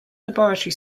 laboratory